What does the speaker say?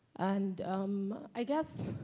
and i guess